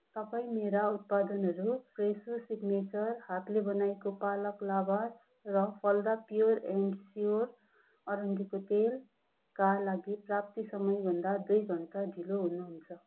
तपाईँ मेरा उत्पादनहरू फ्रेसो सिग्नेचर हातले बनाएको पालक लाभास र फलदा प्योर एन्ड स्योर अरन्डीको तेलका लागि प्राप्ति समय भन्दा दुई घन्टा ढिलो हुनुहुन्छ